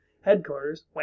headquarters